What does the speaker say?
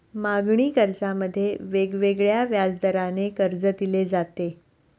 मागणी कर्जामध्ये वेगवेगळ्या व्याजदराने कर्ज दिले जाते